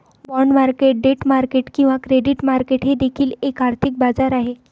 bond market debt market किंवा credit market हे देखील एक आर्थिक बाजार आहे